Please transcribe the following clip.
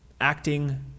acting